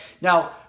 Now